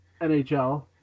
NHL